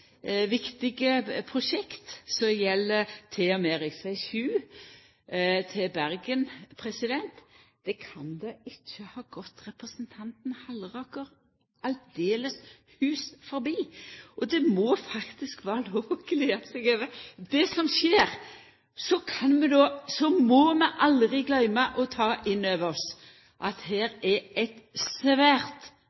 viktige prosjekt som gjeld til og med rv. 7 til Bergen. Det kan då ikkje ha gått representanten Halleraker aldeles hus forbi? Det må faktisk vera lov å gleda seg over det som skjer. Så må vi aldri gløyma å ta inn over oss at her